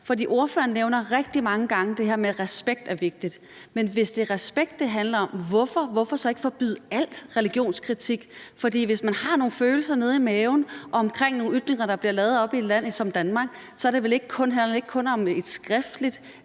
for ordføreren nævner rigtig mange gange det her med, at respekt er vigtigt. Men hvis det er respekt, det handler om, hvorfor så ikke forbyde al religionskritik? For hvis man har nogle følelser nede i maven omkring nogle ytringer, der bliver lavet oppe i et land som Danmark, så handler det vel ikke kun om en skriftlig